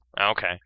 Okay